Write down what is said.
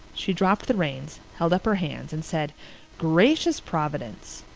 she dropped the reins, held up her hands, and said gracious providence!